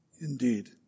indeed